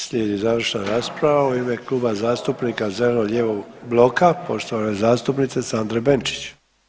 Slijedi završna rasprava u ime Kluba zastupnika zeleno-lijevog bloka poštovane zastupnice Sandre Benčić.